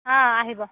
অঁ আহিব